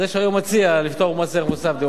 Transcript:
זה שהיום מציע לפטור דירות ממס ערך מוסף.